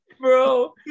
Bro